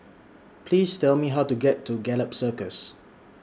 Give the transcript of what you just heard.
Please Tell Me How to get to Gallop Circus